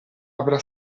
avrà